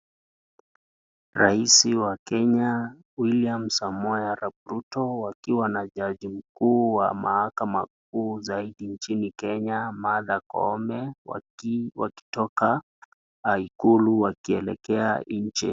Rais wa Kenya Wiliam Samoei Arap Ruto wakiwa na jaji mkuu wa mahakama kuu zaidi nchini Kenya Martha Koome wakitoka ikulu wakielekea nje.